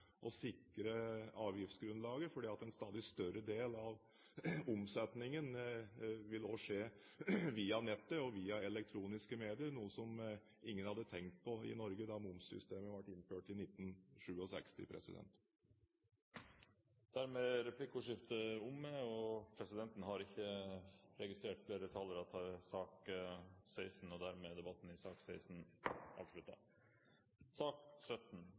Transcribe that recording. sikre avgiftsgrunnlaget, fordi en stadig større del av omsetningen vil skje via nettet og via elektroniske medier, noe som ingen hadde tenkt på i Norge da momssystemet ble innført i 1967. Dermed er replikkordskiftet omme. Flere har ikke bedt om ordet til sak nr. 16. Etter ønske fra finanskomiteen vil presidenten foreslå at taletiden begrenses til 40 minutter og